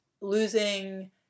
losing